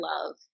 love